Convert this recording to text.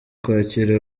kwakira